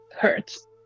hurts